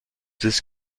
this